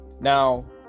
Now